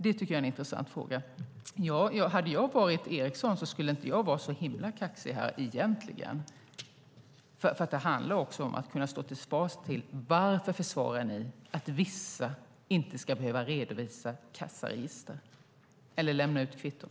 Det tycker jag är en intressant fråga. Hade jag varit Eriksson skulle jag inte varit så himla kaxig här egentligen, för det handlar om att kunna stå till svars för varför ni försvarar att vissa inte ska behöva redovisa kassaregister eller lämna ut kvitton.